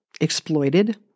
exploited